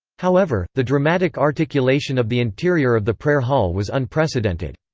however, the dramatic articulation of the interior of the prayer hall was unprecedented.